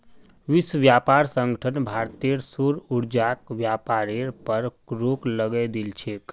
विश्व व्यापार संगठन भारतेर सौर ऊर्जाक व्यापारेर पर रोक लगई दिल छेक